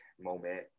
moment